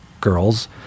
girls